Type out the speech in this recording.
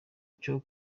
cyo